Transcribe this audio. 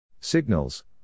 Signals